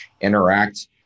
interact